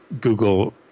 Google